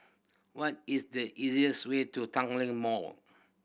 what is the easiest way to Tanglin Mall